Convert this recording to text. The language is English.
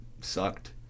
sucked